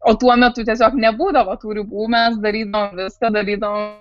o tuo metu tiesiog nebūdavo tų ribų mes darydavom viską darydavom